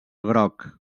groc